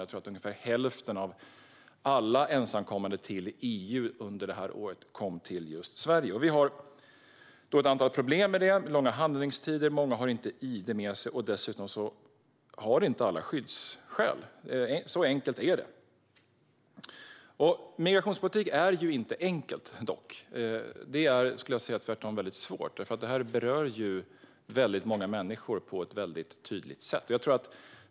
Jag tror att ungefär hälften av alla ensamkommande till EU under detta år kom till Sverige. Vi har nu ett antal problem med detta. Det är långa handläggningstider, många har inte id med sig och dessutom har inte alla skyddsskäl. Så enkelt är det. Migrationspolitik är dock inte enkelt utan tvärtom mycket svårt. Det berör många människor på ett tydligt sätt.